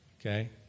Okay